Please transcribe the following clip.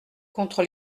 contre